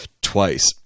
twice